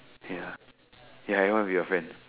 ya ya I want to be your friend